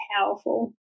powerful